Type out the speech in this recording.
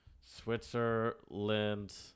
Switzerland